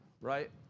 right